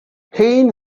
hein